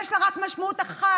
יש לה רק משמעות אחת,